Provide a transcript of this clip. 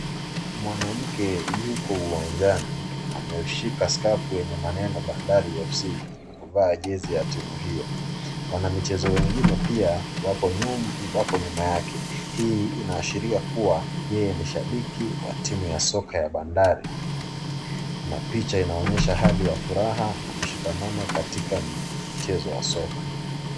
Mwanamke yuko uwanjani ameshika skafu yenye maneno Bandari FC amevaa jezi ya timu hio. Wanamichezo wengine pia wako nyuma yake, hii inaashiria kuwa yeye ni shabiki wa timu ya soka ya Bandari na picha inaonyesha hali ya furaha na mshikamano katika mchezo wa soka.